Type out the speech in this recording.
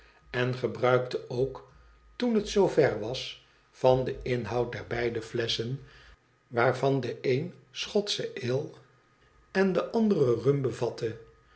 en gebruikte ook toen het zoo ver was van den inhoud der beide flesschen waarvan de een schotsche ale en de andere rum